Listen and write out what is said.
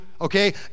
okay